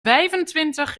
vijfentwintig